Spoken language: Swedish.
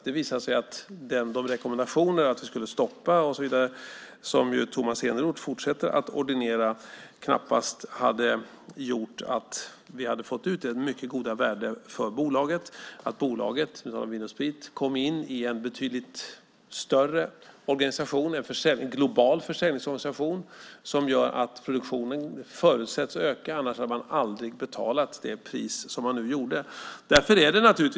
Det visade sig att rekommendationerna om att stoppa och så vidare, som Tomas Eneroth fortsätter att ordinera, knappast hade gjort att vi hade fått ut det mycket goda värdet för bolaget, att bolaget Vin & Sprit kom in i en betydligt större organisation, en global försäljningsorganisation, som gör att produktionen förutsätts öka. Annars hade man aldrig betalat det pris som man nu gjorde.